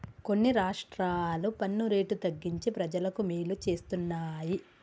కొన్ని రాష్ట్రాలు పన్ను రేటు తగ్గించి ప్రజలకు మేలు చేస్తున్నాయి